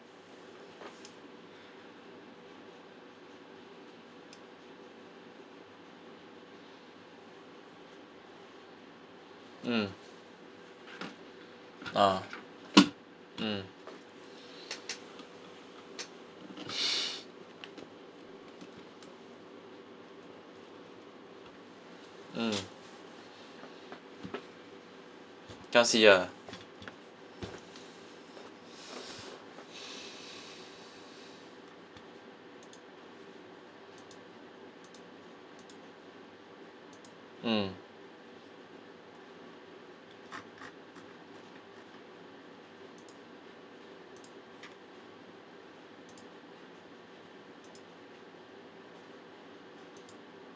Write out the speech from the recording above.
mm ah mm mm cannot see ah mm